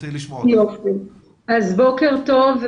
בוקר טוב.